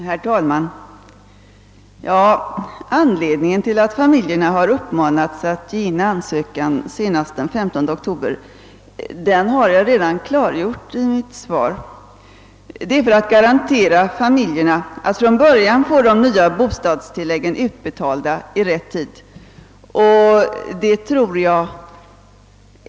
Herr talman! Anledningen till att familjerna har uppmanats att lämna in ansökan senast den 13 oktober har jag redan klargjort i mitt svar. Vi har velat garantera att barnfamiljerna från början skall få de nya bostadstilläggen utbetalda i rätt tid.